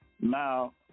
Now